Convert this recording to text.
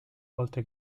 oltre